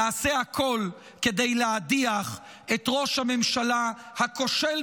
נעשה הכול כדי להדיח את ראש הממשלה הכושל